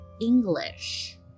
English